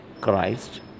Christ